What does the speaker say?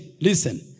listen